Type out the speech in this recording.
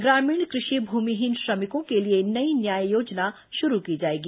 ग्रामीण कृषि भूमिहीन श्रमिकों के लिए नई न्याय योजना शुरू की जाएगी